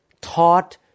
taught